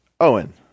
Owen